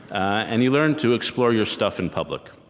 and you learn to explore your stuff in public.